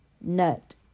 Nut